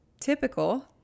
typical